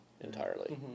entirely